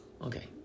Okay